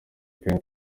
kandi